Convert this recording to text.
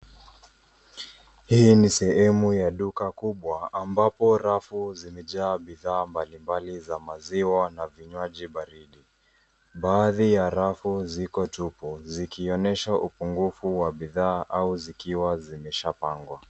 Hii ni sehemu ya duka kubwa ambapo rafu zimejaa bidhaa mbalimbali za maziwa na vinywaji baridi. Baadhi ya rafu ziko tupu zikionyesha upungufu wa bidhaa au zikiwa zimeshapangwa.